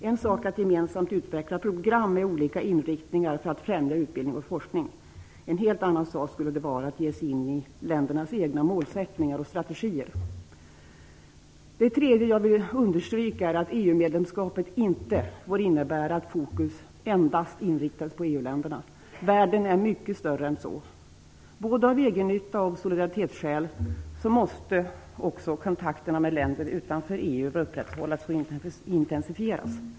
En sak är att gemensamt utveckla program med olika inriktningar för att främja utbildning och forskning. En helt annan sak skulle det vara att ge sig in i ländernas egna målsättningar och strategier. Det tredje jag vill understryka är att EU medlemskapet inte får innebära att fokus endast inriktas på EU-länderna. Världen är mycket större än så. Både av egennytta och av solidaritetsskäl måste också kontakterna med länder utanför EU upprätthållas och intensifieras.